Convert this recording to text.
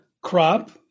crop